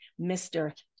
Mr